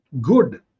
good